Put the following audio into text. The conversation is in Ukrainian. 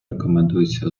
рекомендується